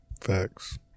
Facts